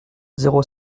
zéro